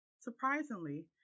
Surprisingly